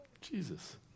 Jesus